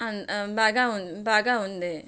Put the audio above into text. బాగా ఉం బాగా ఉంది